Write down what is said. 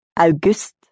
August